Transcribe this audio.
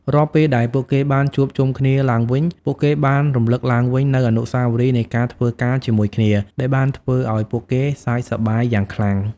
រាល់ពេលដែលពួកគេបានជួបជុំគ្នាឡើងវិញ ពួកគេបានរំលឹកឡើងវិញនូវអនុស្សាវរីយ៍នៃការធ្វើការជាមួយគ្នាដែលបានធ្វើឲ្យពួកគេសើចសប្បាយយ៉ាងខ្លាំង។